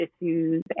issues